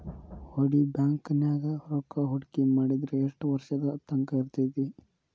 ಹೂಡಿ ಬ್ಯಾಂಕ್ ನ್ಯಾಗ್ ರೂಕ್ಕಾಹೂಡ್ಕಿ ಮಾಡಿದ್ರ ಯೆಷ್ಟ್ ವರ್ಷದ ತಂಕಾ ಇರ್ತೇತಿ?